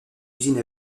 usine